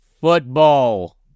Football